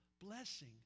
blessing